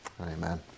Amen